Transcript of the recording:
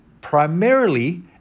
primarily